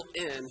end